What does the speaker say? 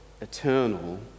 eternal